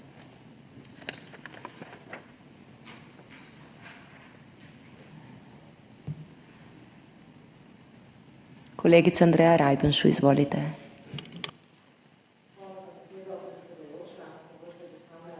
Kolegica Andreja Rajbenšu, izvolite.